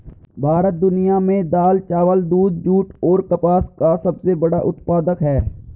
भारत दुनिया में दाल, चावल, दूध, जूट और कपास का सबसे बड़ा उत्पादक है